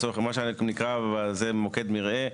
מה שנקרא מוקד מרעה,